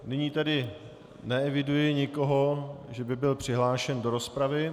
Nyní tedy neeviduji nikoho, že by byl přihlášen do rozpravy.